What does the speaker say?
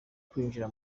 kwinjira